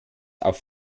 auf